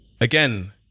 Again